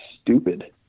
stupid